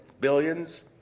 Billions